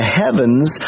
heavens